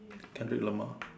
Kendrick-Lamar